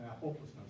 Hopelessness